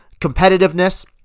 competitiveness